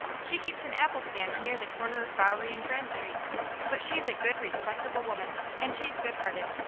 she keeps an apple-stand near the corner of bowery and grand street but she's a good, respectable woman, and she's good-hearted.